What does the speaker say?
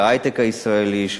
של ההיי-טק הישראלי,